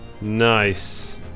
Nice